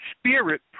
Spirit